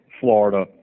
Florida